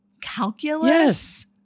calculus